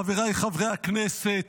חבריי חברי הכנסת,